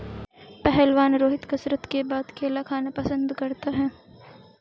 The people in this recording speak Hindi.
पहलवान रोहित कसरत के बाद केला खाना पसंद करता है